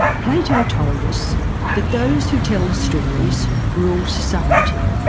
plato told us that those who tell the stories, rule society.